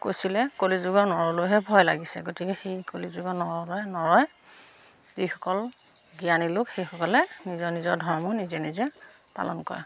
কৈছিলে কলিযুগৰ নৰলৈহে ভয় লাগিছে গতিকে সেই কলিযুগৰ নৰলৈ নৰয় যিসকল জ্ঞানী লোক সেইসকলে নিজৰ নিজৰ ধৰ্ম নিজে নিজে পালন কৰে